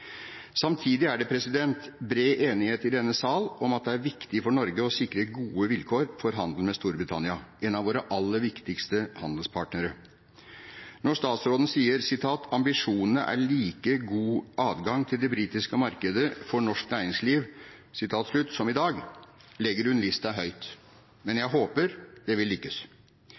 Samtidig er det bred enighet i denne sal om at det er viktig for Norge å sikre gode vilkår for handel med Storbritannia, en av våre aller viktigste handelspartnere. Når statsråden sier at ambisjonen er «like god adgang til det britiske markedet for norsk næringsliv» som i dag, legger hun lista høyt, men jeg håper det vil lykkes.